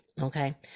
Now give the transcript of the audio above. Okay